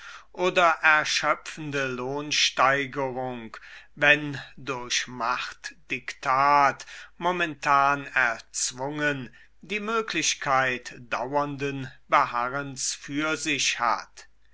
oder erschöpfende lohnsteigerung wenn durch machtdiktat momentan erzwungen die möglichkeit dauernden beharrens für sich hat